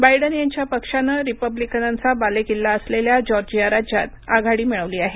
Biden यांच्या पक्षानं रिपब्लिकनांचा बालेकिल्ला असलेल्या जॉर्जिया राज्यात आघाडी मिळवली आहे